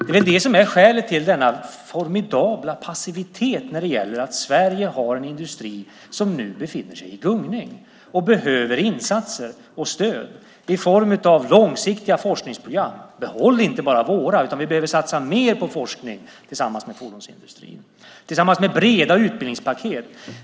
Det är väl det som är skälet till den formidabla passiviteten nu när Sverige har en industri som nu befinner sig i gungning och som behöver insatser och stöd i form av långsiktiga forskningsprogram. Behåll inte bara våra! I stället behöver vi satsa mer på forskning ihop med fordonsindustrin - detta tillsammans med breda utbildningspaket!